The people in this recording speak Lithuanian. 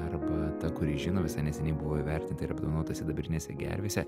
arba ta kuri žino visai neseniai buvo įvertinta ir apdovanota sidabrinėse gervėse